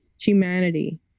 humanity